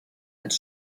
als